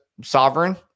sovereign